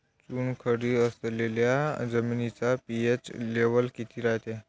चुनखडी असलेल्या जमिनीचा पी.एच लेव्हल किती रायते?